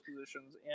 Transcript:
positions